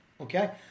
okay